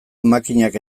makinak